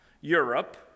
Europe